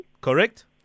Correct